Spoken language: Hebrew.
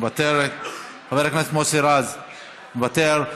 מוותרת, חבר הכנסת מוסי רז, מוותר.